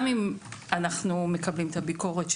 גם אם אנחנו מקבלים את הביקורת,